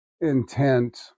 intent